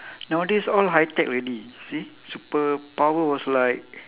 nowadays all high tech already see superpower was like